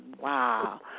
Wow